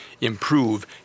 improve